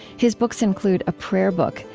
his books include a prayer book,